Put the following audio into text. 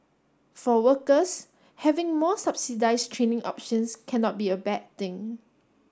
for workers having more subsidise training options cannot be a bad thing